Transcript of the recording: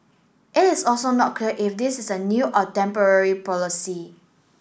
it is also not clear if this is a new or temporary policy